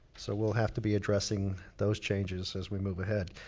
so, we'll have to be addressing those changes as we move ahead.